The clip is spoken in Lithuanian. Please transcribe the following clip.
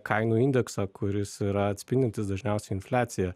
kainų indeksą kuris yra atspindintis dažniausiai infliaciją